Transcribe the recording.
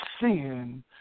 sin